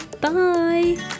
Bye